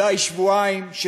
אולי שבועיים,